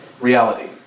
reality